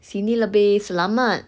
sini lebih selamat